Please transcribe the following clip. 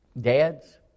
Dads